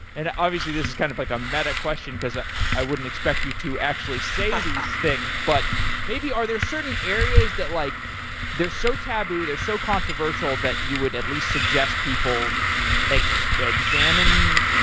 and obviously, this is kind of like a meta-question because ah i wouldn't expect you to actually say these things. but maybe, are there certain areas that like they're so taboo, they're so controversial that you would at least suggest people examine,